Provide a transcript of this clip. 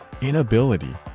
inability